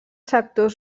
sector